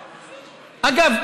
אגב,